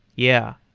yeah.